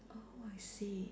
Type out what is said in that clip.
oh I see